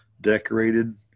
decorated